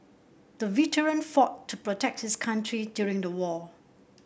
the veteran fought to protect his country during the war